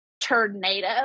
tornado